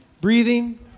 breathing